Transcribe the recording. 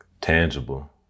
tangible